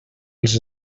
els